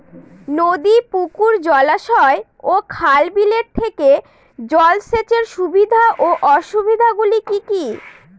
নদী পুকুর জলাশয় ও খাল বিলের থেকে জল সেচের সুবিধা ও অসুবিধা গুলি কি কি?